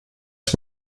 ich